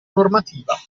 normativa